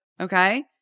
Okay